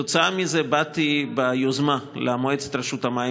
כתוצאה מזה באתי ביוזמה למועצת רשות המים.